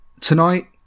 tonight